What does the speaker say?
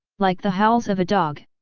like the howls of a dog.